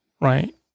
right